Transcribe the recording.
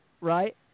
right